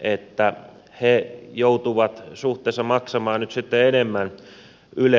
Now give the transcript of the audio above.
että ne joutuvat suhteessa maksamaan nyt sitten enemmän ylen palveluista